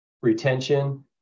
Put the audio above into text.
retention